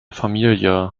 familie